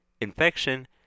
infection